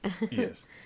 Yes